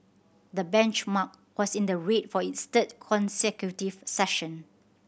the benchmark was in the red for its third consecutive session